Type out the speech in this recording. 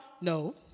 No